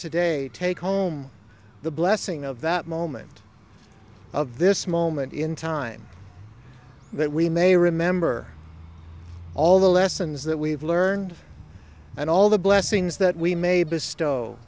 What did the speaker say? today take home the blessing of that moment of this moment in time that we may remember all the lessons that we've learned and all the blessings that we ma